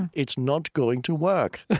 it's not going to work